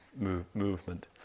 movement